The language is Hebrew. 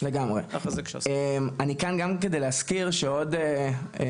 אני כאן גם כדי להזכיר מעוז,